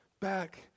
back